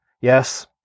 yes